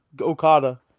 Okada